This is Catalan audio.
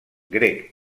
grec